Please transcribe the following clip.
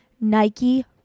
Nike